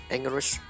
English